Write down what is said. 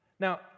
Now